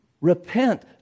repent